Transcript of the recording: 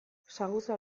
saguzar